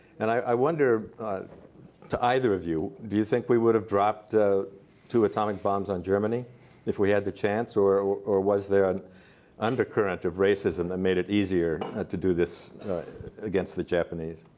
and i wonder to either of you, do you think we would have dropped two atomic bombs on germany if we had the chance, or or was there an undercurrent of racism that made it easier to do this against the japanese?